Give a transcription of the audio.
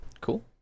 cool